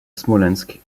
smolensk